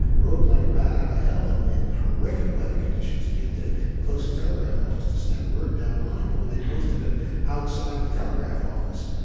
rode like a bat out of hell and in horrific weather conditions to get to the closest telegraph office to send word downline. but when they posted it outside the telegraph office,